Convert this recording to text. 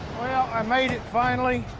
well, i made it finally.